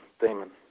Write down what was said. demon